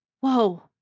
whoa